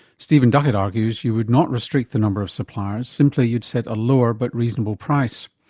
stephen duckett argues you would not restrict the number of suppliers, simply you'd set a lower but reasonable price.